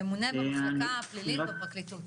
ממונה המחלקה הפלילית בפרקליטות,